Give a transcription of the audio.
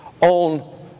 on